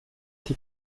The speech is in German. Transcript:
die